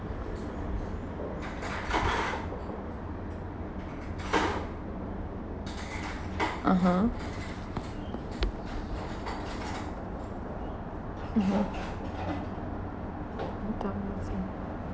(uh huh) mmhmm